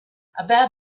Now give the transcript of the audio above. about